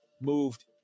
moved